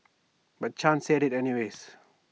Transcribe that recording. but chan said IT anyways